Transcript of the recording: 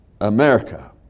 America